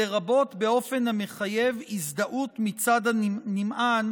לרבות באופן המחייב הזדהות מצד הנמען